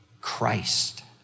Christ